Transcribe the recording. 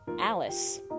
Alice